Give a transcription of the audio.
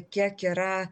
kiek yra